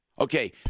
Okay